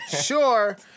sure